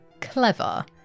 clever